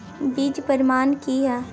बीज प्रमाणन की हैय?